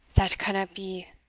that canna be,